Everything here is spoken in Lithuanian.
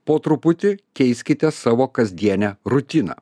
po truputį keiskite savo kasdienę rutiną